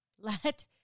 Let